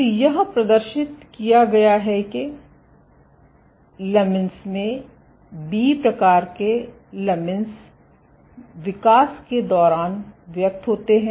तो यह प्रदर्शित किया गया है कि लमीन्स में बी प्रकार के लमीन्स विकास के दौरान व्यक्त होते हैं